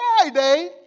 Friday